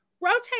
rotate